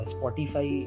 Spotify